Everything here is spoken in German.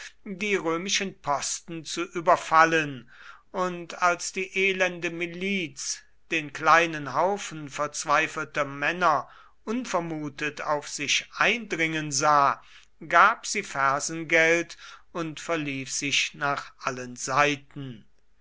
die römischen posten zu überfallen und als die elende miliz den kleinen haufen verzweifelter männer unvermutet auf sich eindringen sah gab sie fersengeld und verlief sich nach allen seiten